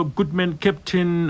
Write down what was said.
Goodman-Captain